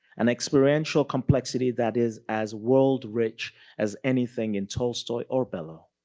an experiential complexity that is as world rich as anything in tolstoy or bellow.